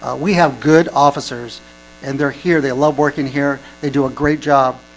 we have good officers and they're here they love working here they do a great job,